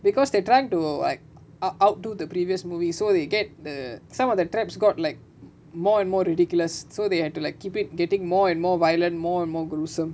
because they're trying to like out outdo the previous movie so they get the some of the traps got like more and more ridiculous so they had to like keep it getting more and more violent more and more gruesome